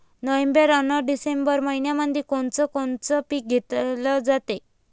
November अन डिसेंबर मइन्यामंधी कोण कोनचं पीक घेतलं जाते?